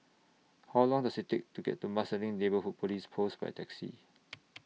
How Long Does IT Take to get to Marsiling Neighbourhood Police Post By Taxi